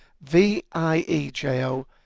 V-I-E-J-O